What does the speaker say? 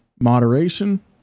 moderation